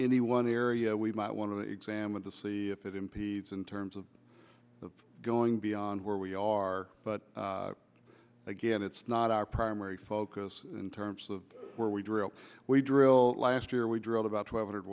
the one area we might want to examine to see if it impedes in terms of the going beyond where we are but again it's not our primary focus in terms of where we drill we drill last year we drilled about twelve hundred